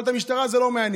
אבל את המשטרה זה לא מעניין.